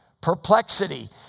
Perplexity